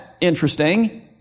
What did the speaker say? interesting